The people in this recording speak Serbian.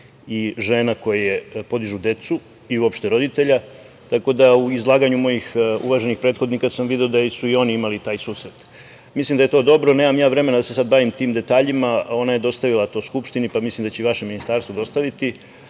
i žena koje podižu decu, i uopšte roditelja. Tako da u izlaganju mojih uvaženih prethodnika sam video da su i oni imali taj susret. Mislim da je to dobro. Nemam vremena da se sada bavim tim detaljima. Ona je dostavila to Skupštini pa mislim da će i vašem ministarstvu dostaviti.